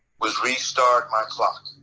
was restart my clock.